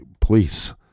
please